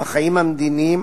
בחיים המדיניים,